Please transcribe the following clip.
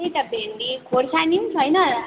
त्यही त भेन्डी खोर्सानी पनि छैन होला